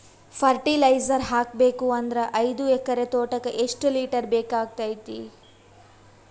Fertiliser ಹಾಕಬೇಕು ಅಂದ್ರ ಐದು ಎಕರೆ ತೋಟಕ ಎಷ್ಟ ಲೀಟರ್ ಬೇಕಾಗತೈತಿ?